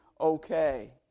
okay